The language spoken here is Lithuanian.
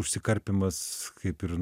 užsikarpymas kaip ir